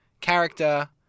character